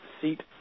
seat